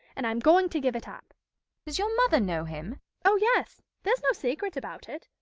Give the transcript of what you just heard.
and i'm going to give it up does your mother know him oh, yes! there's no secret about it.